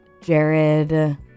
Jared